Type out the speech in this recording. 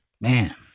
Man